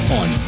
on